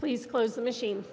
please close the machine